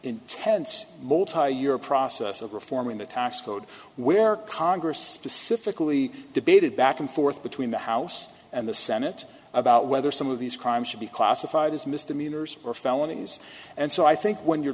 intense multi year process of reform in the tax code where congress specifically debated back and forth between the house and the senate about whether some of these crimes should be classified as misdemeanors or felonies and so i think when you're